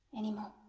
anymore.